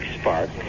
spark